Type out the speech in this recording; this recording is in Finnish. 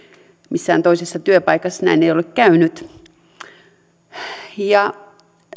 missään toisessa työpaikassa näin ei ole käynyt